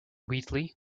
wheatley